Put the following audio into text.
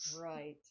Right